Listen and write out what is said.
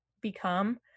become